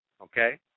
okay